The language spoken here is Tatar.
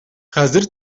хәзер